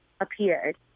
appeared